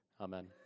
amen